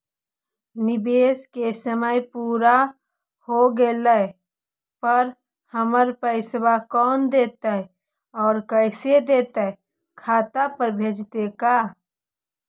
निवेश के समय पुरा हो गेला पर हमर पैसबा कोन देतै और कैसे देतै खाता पर भेजतै का?